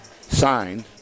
signed